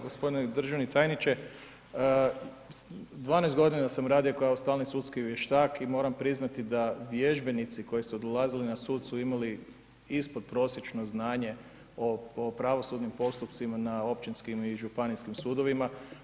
G. državni tajniče, 12 g. sam radio kao stalni sudski vještak i moramo priznati da vježbenici koji su dolazili na sud su imali ispodprosječno znanje o pravosudnim postupcima na općinskim i županijskim sudovima.